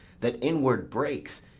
that inward breaks,